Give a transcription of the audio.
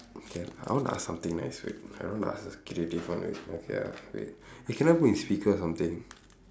okay I want to ask something next week I don't want to ask this creative one okay ah wait eh can I put in speaker or something